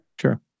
Sure